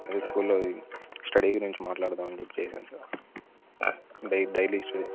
అదే స్కూల్ లో స్టడీ గురించి మాట్లాడదాం అని చెప్పి చేశాను సార్ డై డైలీ స్టడీ